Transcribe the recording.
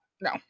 No